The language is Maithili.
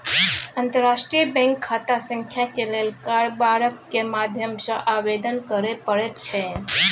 अंतर्राष्ट्रीय बैंक खाता संख्याक लेल कारबारक माध्यम सँ आवेदन करय पड़ैत छै